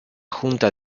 junta